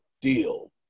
deal